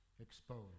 exposed